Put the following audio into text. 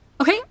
okay